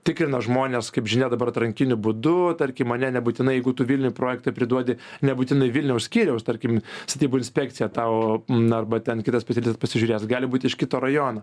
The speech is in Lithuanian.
tikrina žmones kaip žinia dabar atrankiniu būdu tarkim ane nebūtinai jeigu tu vilniuj projektą priduodi nebūtinai vilniaus skyriaus tarkim statybų inspekcija tau na arba ten kitas patirtis pasižiūrės gali būt iš kito rajono